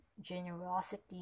generosity